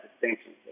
distinction